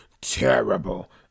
Terrible